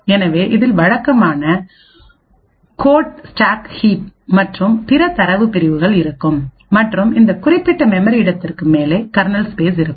எனவே இதில் வழக்கமானகோட் ஸ்டாக் கீப் மற்றும் பிற தரவு பிரிவுகள் இருக்கும் மற்றும் இந்த குறிப்பிட்ட மெமரி இடத்திற்கு மேலே கர்னல் ஸ்பேஸ் இருக்கும்